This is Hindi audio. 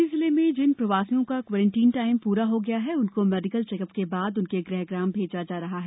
सीधी जिले में जिन प्रवासियों का क्वारेंटाईन प्रा हो था है उनको मेडिकल चेकअप के बाद उनके ा ह ग्राम भेजा जा रहा है